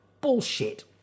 bullshit